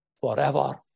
forever